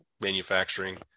manufacturing